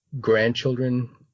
grandchildren